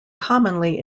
commonly